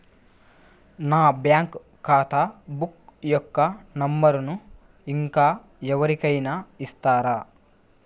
నా బ్యాంక్ ఖాతా బుక్ యొక్క నంబరును ఇంకా ఎవరి కైనా ఇస్తారా?